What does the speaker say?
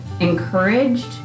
encouraged